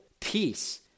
peace